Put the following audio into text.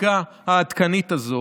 החקיקה העדכנית הזו